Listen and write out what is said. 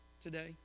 today